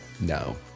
No